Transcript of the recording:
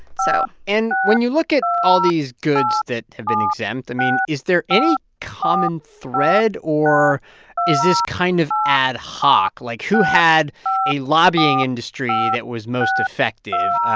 so. and when you look at all these goods that have been exempt, i mean, is there any common thread, or is this kind of ad hoc? like, who had a lobbying industry that was most effective?